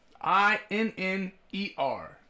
I-N-N-E-R